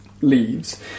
leaves